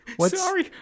Sorry